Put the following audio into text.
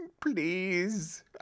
Please